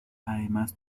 además